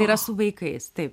yra su vaikais taip